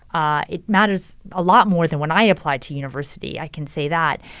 ah it matters a lot more than when i applied to university. i can say that.